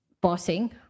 pausing